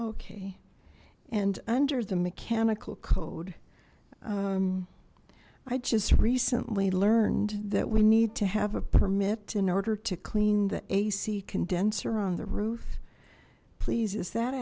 okay and under the mechanical code i just recently learned that we need to have a permit in order to clean the ac condenser on the roof please